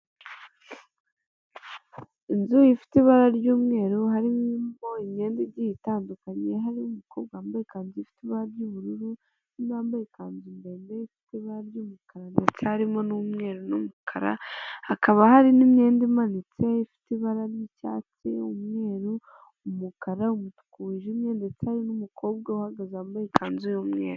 Inzu ifite ibara ry'umweru harimo imyenda igiye itandukanye, hariho umukobwa wambaye ikanzu ifite ibara ry'ubururu wambaye ikanzu ndende ifite ibara ry'umukara ndetse haririmo n'umweru n'umukara hakaba hari n'imyenda imanitse ifite ibara ry'icyatsimweruru umukara umutuku wijimye ndetse n numukobwa uhagaze wambaye ikanzu yumweru.